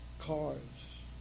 cars